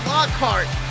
Lockhart